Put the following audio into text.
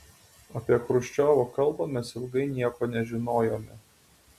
apie chruščiovo kalbą mes ilgai nieko nežinojome